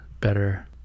better